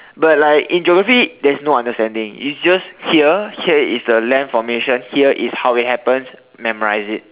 but like in geography there's no understanding it's just here here is the land formation here is how it happens memorise it